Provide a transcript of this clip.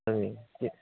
ओं बे